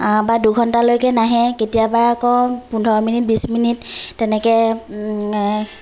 বা দুঘন্টালৈকে নাহে কেতিয়াবা আকৌ পোন্ধৰ মিনিট বিছ মিনিট তেনেকৈ